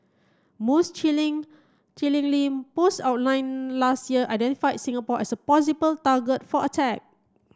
most chilling chillingly posts online last year identified Singapore as a possible target for attack